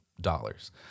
dollars